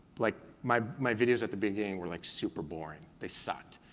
like my my videos at the beginning were like super boring, they sucked.